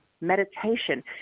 meditation